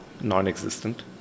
non-existent